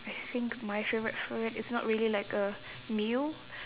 I think my favourite food it's not really like a meal